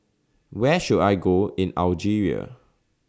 Where should I Go in Algeria